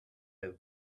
have